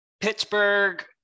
Pittsburgh